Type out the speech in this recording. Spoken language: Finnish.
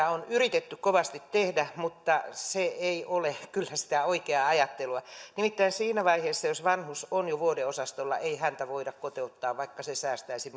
on yritetty kovasti tehdä mutta se ei ole kyllä sitä oikeaa ajattelua nimittäin siinä vaiheessa kun vanhus on jo vuodeosastolla ei häntä voida kotiuttaa vaikka se säästäisi